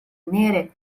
nere